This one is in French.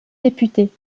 députés